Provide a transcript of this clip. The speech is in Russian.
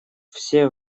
все